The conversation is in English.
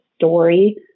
story